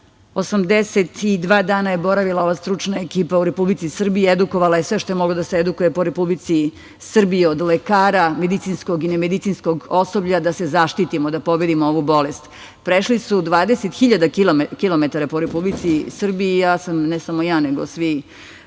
82 dana je boravila stručna ekipa u Republici Srbiji, edukovala je sve što je moglo da se edukuje po Republici Srbiji od lekara, medicinskog osoblja, da se zaštitimo od ove bolesti. Prešli su 20 hiljada kilometara po Republici Srbiji, a ja sam, ne samo ja, nego svi